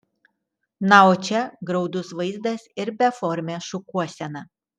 na o čia graudus vaizdas ir beformė šukuosena